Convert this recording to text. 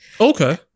Okay